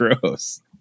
gross